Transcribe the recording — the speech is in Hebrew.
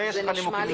נימוקים מיוחדים.